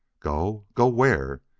go? go where?